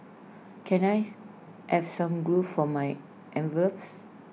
can I have some glue for my envelopes